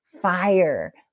fire